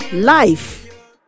Life